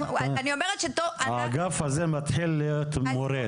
אני אומרת שאנחנו --- האגף הזה מתחיל להיות מורד.